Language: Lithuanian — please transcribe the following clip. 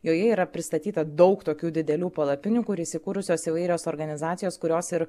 joje yra pristatyta daug tokių didelių palapinių kur įsikūrusios įvairios organizacijos kurios ir